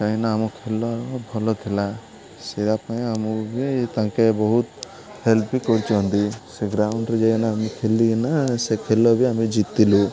କାହିଁକିନା ଆମ ଖେଲ ଭଲ ଥିଲା ସେବା ପାଇଁ ଆମକୁ ବି ତାଙ୍କେ ବହୁତ ହେଲ୍ପ ବି କରୁଛନ୍ତି ସେ ଗ୍ରାଉଣ୍ଡରେ ଯାଇକିନା ଆମେ ଖେଲିକିନା ସେ ଖେଲ ବି ଆମେ ଜିତିିଲୁ